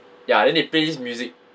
ya then they play this music